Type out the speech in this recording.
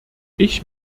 ich